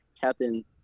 Captain